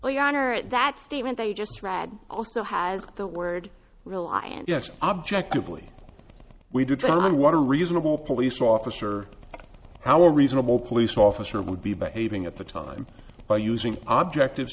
well your honor that statement that you just read also has the word rely and yes objectively we determine what a reasonable police officer how a reasonable police officer would be behaving at the time by using object